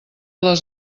les